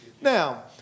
Now